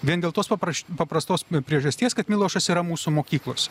vien dėl tos papraš paprastos priežasties kad milošas yra mūsų mokyklose